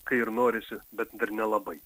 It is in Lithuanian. kai ir norisi bet dar nelabai